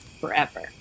forever